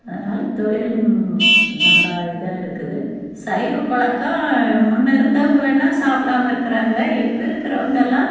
அதனால் தொழில் நல்லா இதாக இருக்குது சைவப் பழக்கம் முன்னே இருந்தவங்க வேணால் சாப்பிடாம இருக்கிறாங்க இப்போ இருக்கிறவங்கள்லாம்